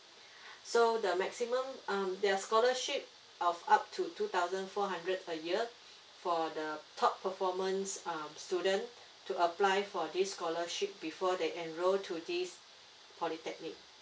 so the maximum um their scholarship of up to two thousand four hundred per year for the top performance um student to apply for this scholarship before they enrol to this polytechnic